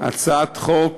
הצעת חוק